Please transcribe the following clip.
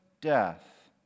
death